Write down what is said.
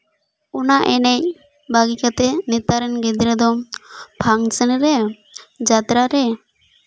ᱚᱱᱟ ᱮᱱᱮᱡ ᱵᱟᱹᱜᱤ ᱠᱟᱛᱮᱫ ᱱᱮᱛᱟᱨ ᱨᱮᱱ ᱜᱤᱫᱽᱨᱟᱹ ᱫᱚ ᱯᱷᱟᱝᱥᱮᱱ ᱨᱮ ᱡᱟᱛᱨᱟ ᱨᱮ